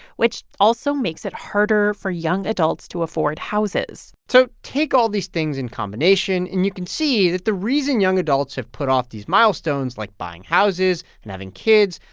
which also makes it harder for young adults to afford houses so take all these things in combination and you can see that the reason young adults have put off these milestones, like buying houses and having kids,